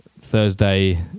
Thursday